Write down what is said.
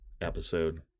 episode